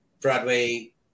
Broadway